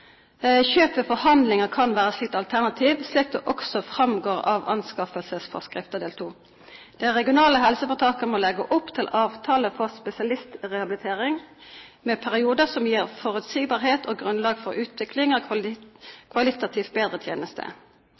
forhandlinger kan være et slikt alternativ, slik det også framgår av anskaffelsesforskriften del II. De regionale helseforetakene må legge opp til avtaler for spesialistrehabilitering med perioder som gir forutsigbarhet og grunnlag for utvikling av kvalitativt bedre tjenester.